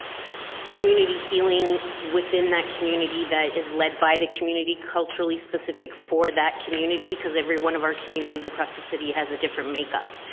community healing within that community that is led by the community culturally specific for that community because every one of our communities across the city has a different make up.